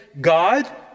God